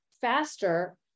faster